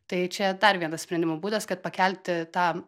tai čia dar vienas sprendimo būdas kad pakelti tą